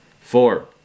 Four